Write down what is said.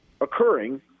occurring –